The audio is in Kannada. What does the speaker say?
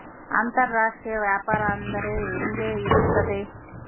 ಅಂತರಾಷ್ಟ್ರೇಯ ವ್ಯಾಪಾರ ಅಂದರೆ ಹೆಂಗೆ ಇರುತ್ತದೆ?